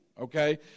Okay